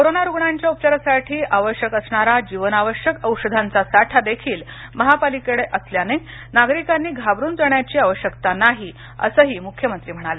corona रुग्णांच्या उपचारासाठी आवश्यक असणारा जीवनावश्यक औषधांचा साठा देखील महापालिकडे असल्याने नागरिकांनी घाबरून जाण्याची आवश्यकता नाहीअसंही मुख्यमंत्री म्हणाले